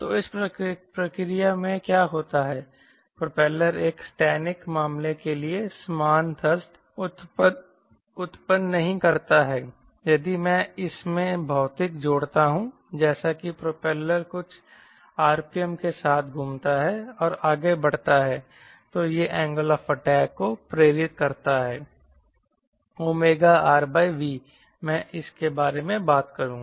तो उस प्रक्रिया में क्या होता है प्रोपेलर एक स्थैतिक मामले के लिए समान थ्रस्ट उत्पन्न नहीं करता है यदि मैं इसमें भौतिकी जोड़ता हूं जैसा कि प्रोपेलर कुछ RPM के साथ घूमता है और आगे बढ़ता है तो यह एंगल ऑफ अटैक को प्रेरित करता है ωRV मैं इसके बारे में बात करूंगा